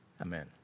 amen